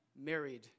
married